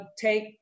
take